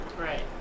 Right